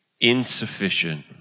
insufficient